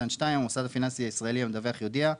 המוסד הפיננסי הישראלי המדווח יודיע,